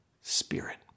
spirit